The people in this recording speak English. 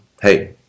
Hey